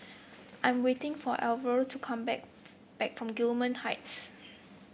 I am waiting for Alver to come back back from Gillman Heights